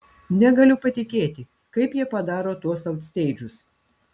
negaliu patikėti kaip jie padaro tuos autsteidžus